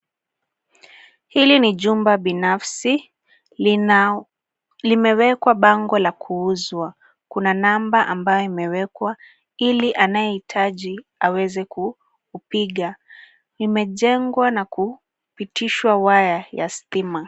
Hili ni jumba binafsi. Limewekwa bango la kuuzwa. Kuna namba ambayo imewekwa ili anayehitaji aweze kupiga. Imejengwa na kupitishwa waya ya stima.